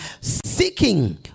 seeking